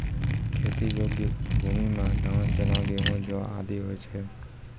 खेती योग्य भूमि म धान, चना, गेंहू, जौ आदि होय छै